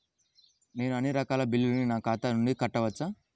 నేను అన్నీ రకాల బిల్లులను నా ఖాతా నుండి కట్టవచ్చా?